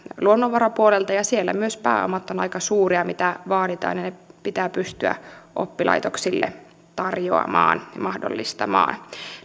luonnonvarapuolelta ja siellä myös ne pääomat ovat aika suuria mitä vaaditaan ja ne pitää pystyä oppilaitoksille tarjoamaan ja mahdollistamaan